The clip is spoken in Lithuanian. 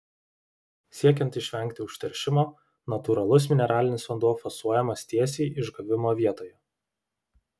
siekiant išvengti užteršimo natūralus mineralinis vanduo fasuojamas tiesiai išgavimo vietoje